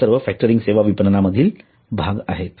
हे सर्व फॅक्टरिंग सेवा विपणना मधील एक भाग आहेत